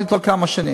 בעצם,